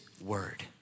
word